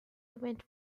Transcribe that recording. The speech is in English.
event